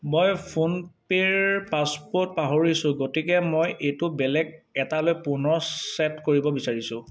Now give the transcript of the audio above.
মই ফোনপে'ৰ পাছৱৰ্ড পাহৰিছোঁ গতিকে মই এইটো বেলেগ এটালৈ পুনৰ ছেট কৰিব বিচাৰিছোঁ